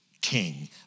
king